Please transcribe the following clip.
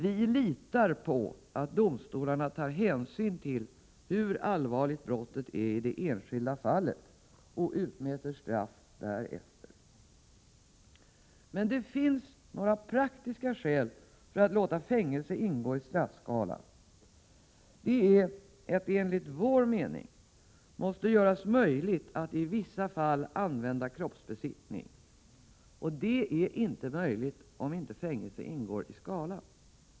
Vi litar på att domstolarna tar hänsyn till hur allvarligt brottet i det enskilda fallet är och utmäter straff därefter. Det finns emellertid några praktiska skäl för att låta fängelse ingå i straffskalan, nämligen att det enligt vår mening måste göras möjligt att i vissa fall använda kroppsbesiktning, och det är inte möjligt om inte fängelse ingår i skalan.